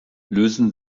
lösen